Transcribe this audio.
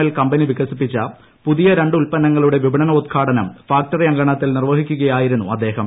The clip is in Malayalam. എൽ കമ്പനി വികസിപ്പിച്ച പുതിയ രണ്ട് ഉത്പന്നങ്ങളുടെ വിപണനോദ്ഘാടനം ഫാക്ടറി അങ്കണത്തിൽ നിർവഹിക്കുകയായിരുന്നു അദ്ദേഹം